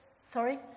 Sorry